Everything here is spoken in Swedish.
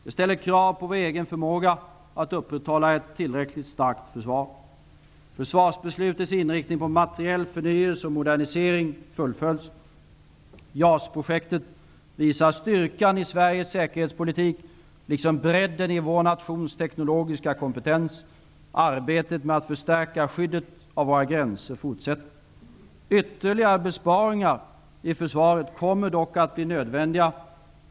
Det ställer krav på vår egen förmåga att upprätthålla ett tillräckligt starkt försvar. Försvarsbeslutets inriktning på materiell förnyelse och modernisering fullföljs. JAS-projektet visar styrkan i Sveriges säkerhetspolitik liksom bredden i vår nations teknologiska kompetens. Arbetet med att förstärka skyddet av våra gränser fortsätter. Ytterligare besparingar i försvaret kommer dock att bli nödvändiga.